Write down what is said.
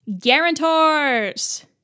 guarantors